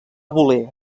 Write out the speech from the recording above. voler